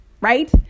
Right